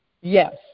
Yes